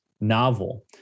novel